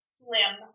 slim